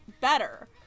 better